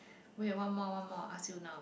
wait one more one more ask you now